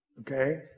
Okay